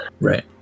Right